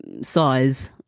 size